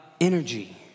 energy